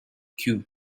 cue